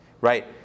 right